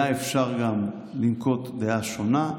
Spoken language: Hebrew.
היה אפשר גם לנקוט דעה שונה.